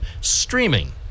streaming